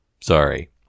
Sorry